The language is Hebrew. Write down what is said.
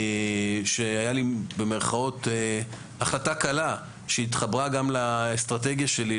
שהייתה "החלטה קלה" שהתחברה גם לאסטרטגיה שלי,